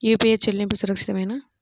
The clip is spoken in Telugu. యూ.పీ.ఐ చెల్లింపు సురక్షితమేనా?